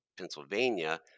Pennsylvania